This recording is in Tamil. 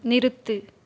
நிறுத்து